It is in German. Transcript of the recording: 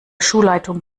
schulleitung